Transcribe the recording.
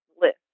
list